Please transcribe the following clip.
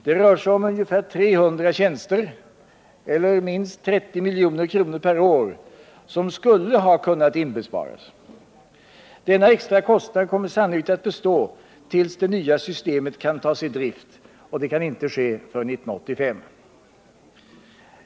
Det rör sig om ungefär 300 tjänster eller minst 30 milj.kr. per år, som skulle ha kunnat inbesparas. Denna extra kostnad kommer sannolikt att bestå tills det nya systemet kan tas i drift, och det kan inte ske förrän år 1985.